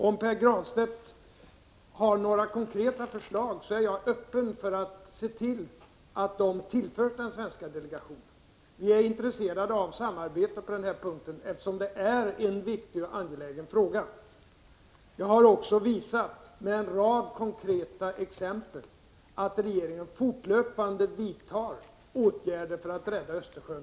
Om Pär Granstedt har några konkreta förslag, är jag beredd att se till att de tillförs den svenska delegationen. Vi är intresserade av samarbete på denna punkt, eftersom det är en viktig och angelägen fråga. Jag har, med en rad konkreta exempel, visat att regeringen fortlöpande vidtar åtgärder för att rädda Östersjön.